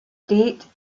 state